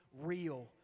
real